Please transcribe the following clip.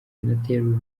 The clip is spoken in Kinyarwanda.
senateri